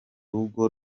rugo